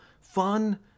fun